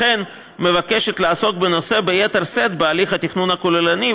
לכן מבקשת לעסוק בנושא ביתר שאת בהליך התכנון הכוללני,